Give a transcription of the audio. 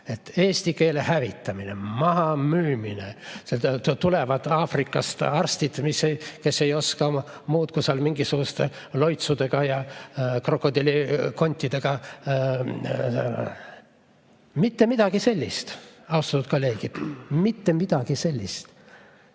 eesti keele hävitamine, mahamüümine, tulevad Aafrikast arstid, kes ei oska muud kui mingisuguste loitsudega ja krokodilli kontidega [ravida]. Mitte midagi sellist. Austatud kolleegid, mitte midagi sellist! Kahjuks